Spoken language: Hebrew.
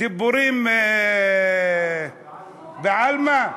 דיבורים, בעלמא.